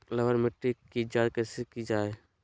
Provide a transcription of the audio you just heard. लवन मिट्टी की जच कैसे की जय है?